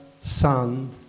Son